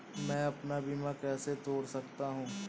मैं अपना बीमा कैसे तोड़ सकता हूँ?